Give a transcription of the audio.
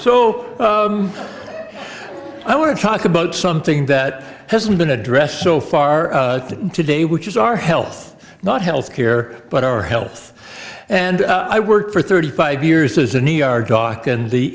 so i want to talk about something that hasn't been addressed so far today which is our health not health care but our health and i worked for thirty five years as an e r doctor and the